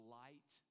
light